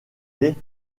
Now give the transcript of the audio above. les